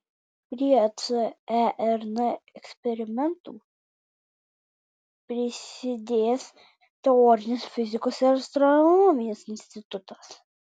prie cern eksperimentų prisidės teorinės fizikos ir astronomijos institutas